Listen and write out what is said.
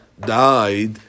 Died